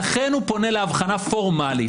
לכן הוא פונה להבחנה פורמלית.